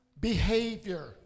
behavior